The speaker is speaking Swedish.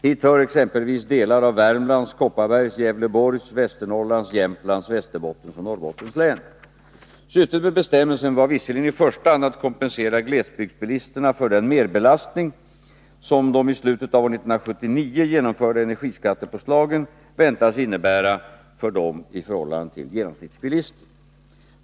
Hit hör exempelvis delar av Värmlands, Kopparbergs, Gävleborgs, Västernorrlands, Jämtlands, Västerbottens och Norrbottens län. Syftet med bestämmelsen var visserligen i första hand att kompensera glesbygdsbilisterna för den merbelastning som de i slutet av år 1979 genomförda energiskattepåslagen väntades innebära för dem i förhållande till genomsnittsbilisten.